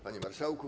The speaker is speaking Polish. Panie Marszałku!